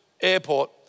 Airport